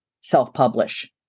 self-publish